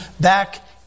back